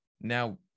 Now